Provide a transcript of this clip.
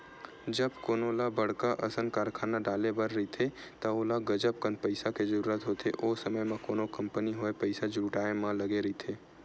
जब कोनो ल बड़का असन कारखाना डाले बर रहिथे त ओला गजब कन पइसा के जरूरत होथे, ओ समे म कोनो कंपनी होय पइसा जुटाय म लगे रहिथे